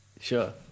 Sure